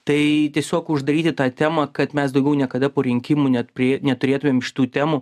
tai tiesiog uždaryti tą temą kad mes daugiau niekada po rinkimų net prie neturėtumėm šitų temų